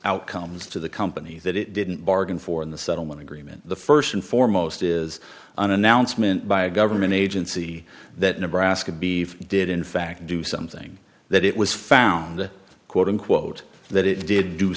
outcomes to the company that it didn't bargain for in the settlement agreement the first and foremost is an announcement by a government agency that nebraska beef did in fact do something that it was found quote unquote that it did